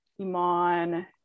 Iman